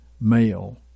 male